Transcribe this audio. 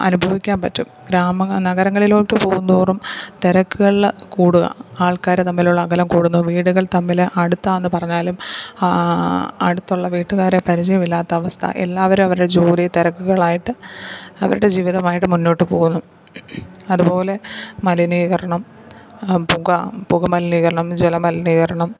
അനുഭവിക്കാന് പറ്റും ഗ്രാമം നഗരങ്ങളിലോട്ടു പോകും തോറും തിരക്കുകൾ കൂടുക ആള്ക്കാർ തമ്മിലുള്ള അകലം കൂടുന്നു വീടുകള് തമ്മിൽ അടുത്താണെന്നു പറഞ്ഞാലും അടുത്തുള്ള വീട്ടുകാരെ പരിചയമില്ലാത്തവസ്ഥ എല്ലാവരും അവരുടെ ജോലി തിരക്കുകളായിട്ട് അവരുടെ ജീവിതമായിട്ട് മുന്നോട്ടു പോകുന്നു അതുപോലെ മലിനീകരണം പുക പുക മലിനീകരണം ജല മലിനീകരണം